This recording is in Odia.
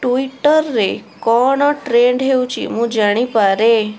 ଟୁଇଟରରେ କ'ଣ ଟ୍ରେଣ୍ଡ ହେଉଛି ମୁଁ ଜାଣିପାରେ